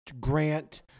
Grant